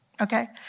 Okay